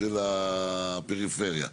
של הפריפריה.